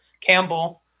Campbell